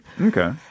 Okay